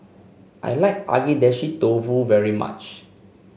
I like Agedashi Dofu very much